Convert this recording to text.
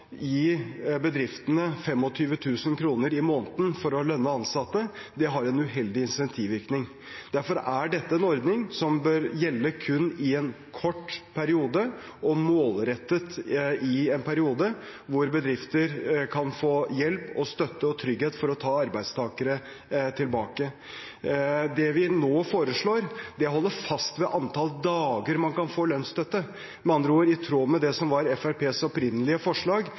bedriftene 25 000 kr i måneden for å lønne ansatte har en uheldig insentivvirkning. Derfor er dette en ordning som bør gjelde kun i en kort periode og målrettet i en periode der bedrifter kan få hjelp og støtte og trygghet for å ta arbeidstakere tilbake. Det vi når foreslår, holder fast ved antall dager man kan få lønnsstøtte – med andre ord i tråd med det som var Fremskrittspartiets opprinnelige forslag,